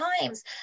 times